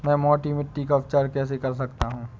मैं मोटी मिट्टी का उपचार कैसे कर सकता हूँ?